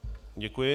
Děkuji.